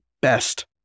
best